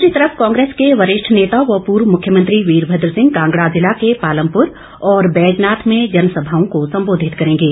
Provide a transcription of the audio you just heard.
दूसरी तरफ कांग्रेस के वरिष्ठ नेता व पूर्व मुख्यमंत्री वीरभद्र सिंह कांगड़ा जिला के पालमपुर और बैजनाथ में जनसभाओं को संबोधित करेंगे